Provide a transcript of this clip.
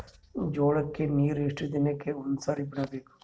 ಜೋಳ ಕ್ಕನೀರು ಎಷ್ಟ್ ದಿನಕ್ಕ ಒಂದ್ಸರಿ ಬಿಡಬೇಕು?